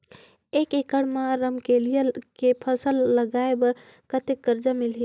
एक एकड़ मा रमकेलिया के फसल लगाय बार कतेक कर्जा मिलही?